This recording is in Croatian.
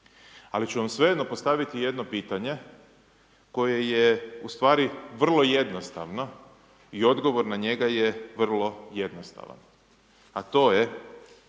Ali ću vam svejedno postaviti jedno pitanje koje je u stvari vrlo jednostavno i odgovor na njega je vrlo jednostavan, a to je